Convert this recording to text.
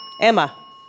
Emma